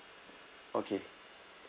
okay